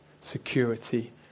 security